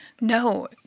No